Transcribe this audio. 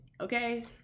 Okay